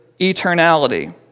eternality